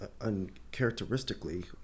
uncharacteristically